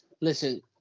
Listen